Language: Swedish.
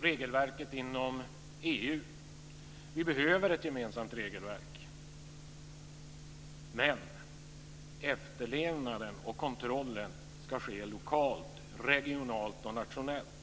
regelverket inom EU. Vi behöver ett gemensamt regelverk, men efterlevnaden och kontrollen ska ske lokalt, regionalt och nationellt.